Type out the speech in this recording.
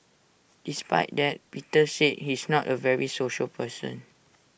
despite that Peter said he's not A very social person